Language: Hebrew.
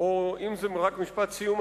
או אם זה רק משפט סיום,